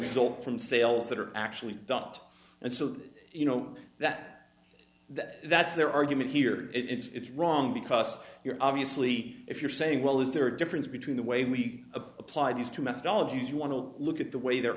result from sales that are actually dumped and so you know that that that's their argument here it's wrong because you're obviously if you're saying well is there a difference between the way we apply these two methodologies you want to look at the way the